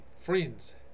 friends